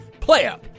PlayUp